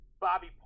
Bobby